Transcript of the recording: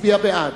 מצביע בעד,